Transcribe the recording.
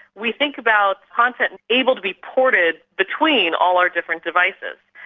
we think about content able to be ported between all our different devices.